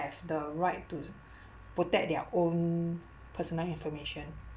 the right to protect their own personal information